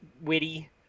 witty